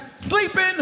sleeping